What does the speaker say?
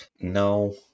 no